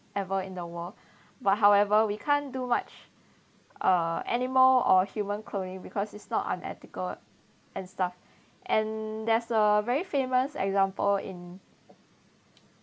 ever in the world but however we can't do much uh animal or human cloning because it's not unethical and stuff and there's a very famous example in